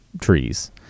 trees